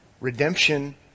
redemption